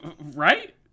right